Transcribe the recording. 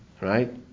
Right